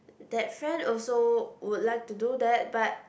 that friend also would like to do that but